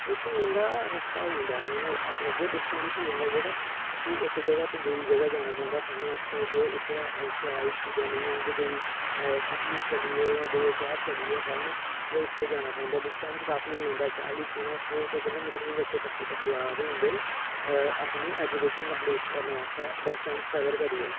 इक होई जंदा रस्ता होई जंदा ऐ मतलब आखी सकदे ओ डिसटैंस होई जंदा जेह्ड़ा कि इक जगह् तो दुई जगह् जाना पौंदा पढ़ने आस्तै जे इत्थें अजें शैल चीज़ां नेईं हैन ते दुई सिटी चली गे जां दुए शैह्र चली गे पढ़न फ्ही उत्थें जाना पौंदा डिस्टैंस काफी होई जंदा चाली पंजाह् सौ सौ किलो मीटर बी बच्चे टप्पी टप्पियै आ दे होंदे न अपने ऐजुकेशन कंपलीट करने आस्तै डिसटैंस कवर करियै